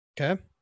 Okay